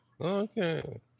okay